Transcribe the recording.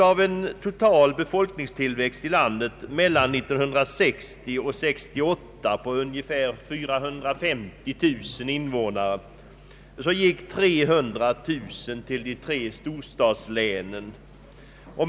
Av en total befolkningstillväxt i landet mellan 1960 och 1968 på ungefär 450 000 invånare gick 300 000 till de tre storstadslänen.